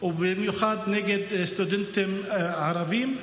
ובמיוחד נגד הסטודנטים הערבים.